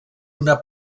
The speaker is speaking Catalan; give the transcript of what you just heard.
una